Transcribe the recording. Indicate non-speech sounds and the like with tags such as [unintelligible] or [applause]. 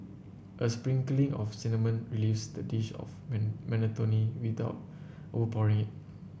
a sprinkling of cinnamon relieves the dish of [unintelligible] monotony without overpowering it